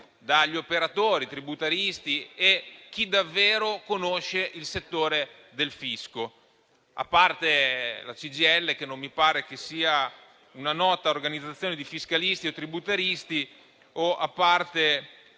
dagli operatori, dai tributaristi e da chi davvero conosce il settore del fisco, a parte la CGIL, che non mi sembra una nota organizzazione di fiscalisti e tributaristi o a parte